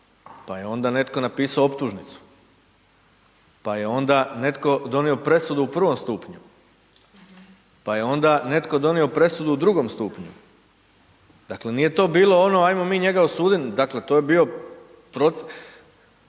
pa je onda netko napisao optužnicu, pa je onda netko donio presudu u prvom stupnju, pa je onda netko donio presudu u drugom stupnju, dakle, nije to bilo ono ajmo mi njega osudit, dakle, to je bio proces